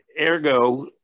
ergo